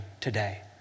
today